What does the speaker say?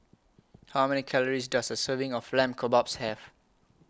How Many Calories Does A Serving of Lamb Kebabs Have